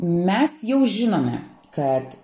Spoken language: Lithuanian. mes jau žinome kad